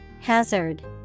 Hazard